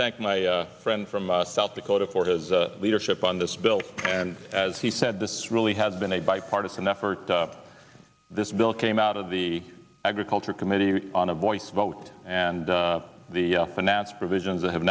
thank my friend from south dakota for his leadership on this bill and as he said this really has been a bipartisan effort this bill came out of the agriculture committee on a voice vote and the finance provisions that have